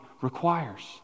requires